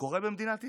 קורה במדינת ישראל.